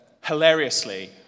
hilariously